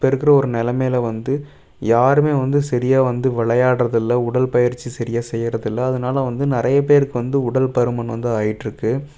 இப்போ இருக்கிற ஒரு நிலமையில வந்து யாரும் வந்து சரியாக வந்து விளையாடுறது இல்லை உடற்பயிற்சி சரியாக செய்கிறது இல்லை அதனால் வந்து நிறைய பேருக்கு வந்து உடல் பருமன் வந்து ஆயிட்டுருக்குது